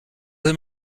they